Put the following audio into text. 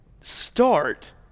start